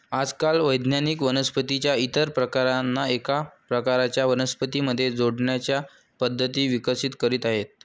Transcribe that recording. आजकाल वैज्ञानिक वनस्पतीं च्या इतर प्रकारांना एका प्रकारच्या वनस्पतीं मध्ये जोडण्याच्या पद्धती विकसित करीत आहेत